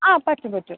ആ പറ്റും പറ്റും